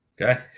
Okay